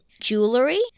jewelry